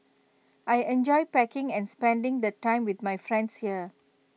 I enjoy packing and spending the time with my friends here